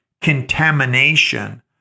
contamination